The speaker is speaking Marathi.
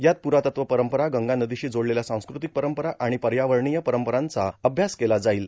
यात प्ररातत्व परंपरा गंगा नदीशी जोडलेल्या सांस्कृतिक परंपरा आणि पर्यावरणीय परंपरांचा अभ्यास केला जाईल